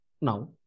now